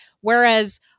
whereas